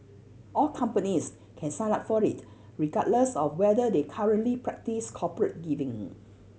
all companies can sign up for it regardless of whether they currently practise corporate giving